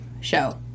show